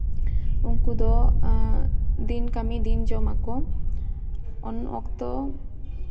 ᱩᱱᱠᱩ ᱫᱚ ᱫᱤᱱ ᱠᱟᱹᱢᱤ ᱫᱤᱱ ᱡᱚᱢ ᱟᱠᱚ ᱩᱱ ᱚᱠᱛᱚ